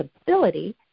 ability